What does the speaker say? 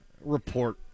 report